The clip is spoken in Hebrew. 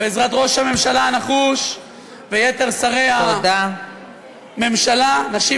בעזרת ראש הממשלה הנחוש ויתר שרי הממשלה נשיב